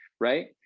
right